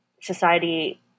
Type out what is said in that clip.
society